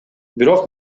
бирок